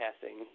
passing